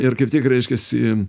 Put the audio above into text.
ir kaip tik reiškiasi